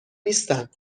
نیستند